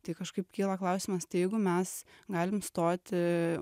tai kažkaip kyla klausimas tai jeigu mes galim stoti